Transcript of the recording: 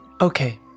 Okay